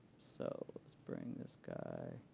so let's bring this guy